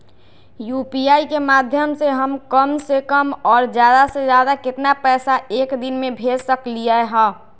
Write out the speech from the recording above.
UPI के माध्यम से हम कम से कम और ज्यादा से ज्यादा केतना पैसा एक दिन में भेज सकलियै ह?